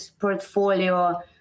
portfolio